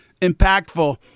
impactful